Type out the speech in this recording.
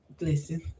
Listen